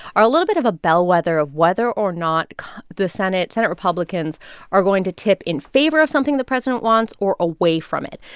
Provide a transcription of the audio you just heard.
are a little bit of a bellwether of whether or not the senate senate republicans are going to tip in favor of something the president wants or away from it.